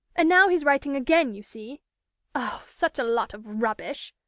and now he's writing again, you see oh, such a lot of rubbish!